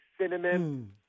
cinnamon